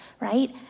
right